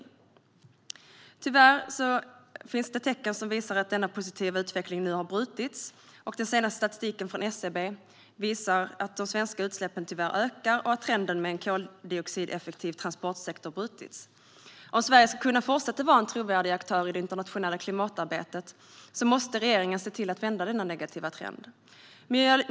Tyvärr finns det tecken som visar att denna positiva utveckling nu har brutits. Den senaste statistiken från SCB visar att de svenska utsläppen tyvärr ökar och att trenden med en koldioxideffektiv transportsektor brutits. Om Sverige ska kunna fortsätta vara en trovärdig aktör i det internationella klimatarbetet måste regeringen se till att vända denna negativa trend.